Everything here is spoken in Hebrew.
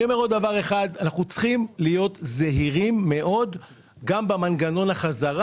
אנחנו צריכים להיות זהירים מאוד גם במנגנון החזרה.